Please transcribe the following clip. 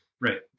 Right